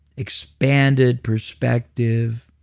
expanded perspective,